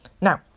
Now